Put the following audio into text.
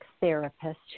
therapist